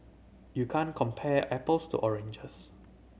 you can't compare apples to oranges